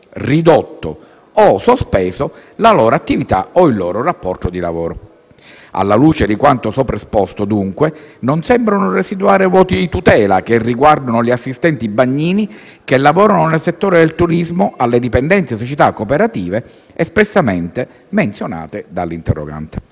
ridotto o sospeso la loro attività o il loro rapporto di lavoro. Alla luce di quanto sopra esposto, dunque, non sembrano residuare vuoti di tutela riguardanti gli assistenti bagnanti, che lavorano nel settore del turismo alle dipendenze di società cooperative, espressamente menzionate dall'interrogante.